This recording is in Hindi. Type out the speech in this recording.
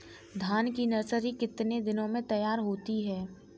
धान की नर्सरी कितने दिनों में तैयार होती है?